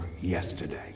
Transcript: yesterday